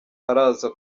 araza